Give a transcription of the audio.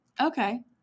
okay